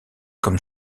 comme